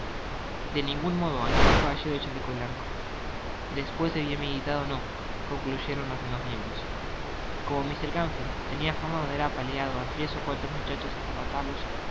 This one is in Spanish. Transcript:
üe ningun modo añadió el caballero del chaleco blanco despues de bien meditado no concluyeron ios demas miembros como mr gamfield tenia fama de haber apaleado á tres ó cuatro muchachos hasta matarlos le